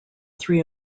three